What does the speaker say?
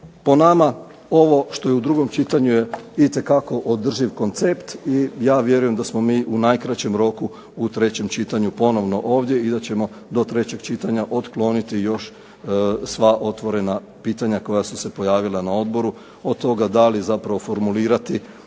Po nama ovo što je u drugom čitanju je itekako održiv koncept i ja vjerujem da smo mi u najkraćem roku u trećem čitanju ponovno ovdje i da ćemo do trećeg čitanja otkloniti još sva otvorena pitanja koja su se pojavila na odboru. Od toga da li zapravo formulirati